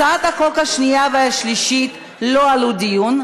הצעות החוק השנייה והשלישית לא עלו לדיון,